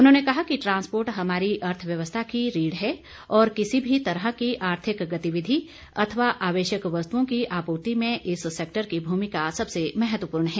उन्होंने कहा कि ट्रांसपोर्ट हमारी अर्थव्यवस्था की रीढ़ है और किसी भी तरह की आर्थिक गतिविधि अथवा आवश्यक वस्तुओं की आपूर्ति में इस सैक्टर की भूमिका सबसे महत्वपूर्ण है